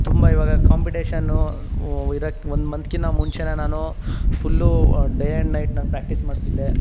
ತುಂಬ ಇವಾಗ ಕಾಂಪಿಟೇಷನ್ನು ಇರಕ್ಕೆ ಒಂದು ಮಂತ್ಕ್ಕಿನ್ನ ಮುಂಚೆ ನಾನು ಫುಲ್ಲೂ ಡೇ ಆ್ಯಂಡ್ ನೈಟ್ ನಾನು ಪ್ರ್ಯಾಕ್ಟೀಸ್ ಮಾಡ್ತಿದ್ದೆ